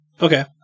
Okay